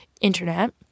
internet